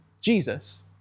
Jesus